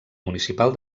municipal